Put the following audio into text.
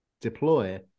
deploy